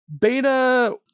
Beta